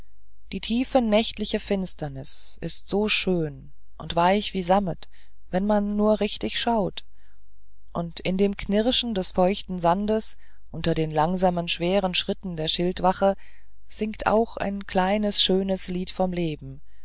die tiefe nächtliche finsternis ist so schön und weich wie sammet wenn man nur richtig schaut und in dem knirschen des feuchten sandes unter den langsamen schweren schritten der schildwache singt auch ein kleines schönes lied vom leben